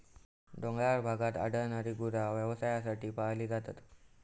डोंगराळ भागात आढळणारी गुरा व्यवसायासाठी पाळली जातात